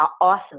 awesome